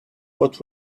what